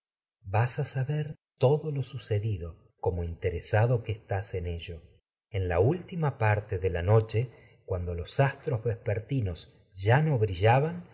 tu suerte saber todo lo tecmesa vas resado sucedido como inte que los estás en ello en laúltima parte de la noche cuando ñando astros vespertinos se ya no brillaban